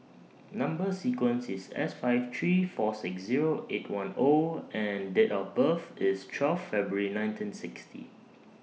Number sequence IS S five three four six Zero eight one O and Date of birth IS twelve February nineteen sixty